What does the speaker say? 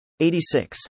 86